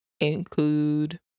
include